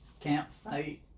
Campsite